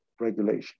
regulation